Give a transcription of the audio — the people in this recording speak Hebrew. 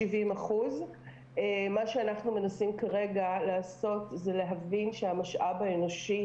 70%. אנחנו מנסים כרגע להבין את המשאב האנושי,